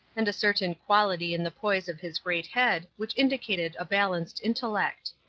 and a certain quality in the poise of his great head which indicated a balanced intellect.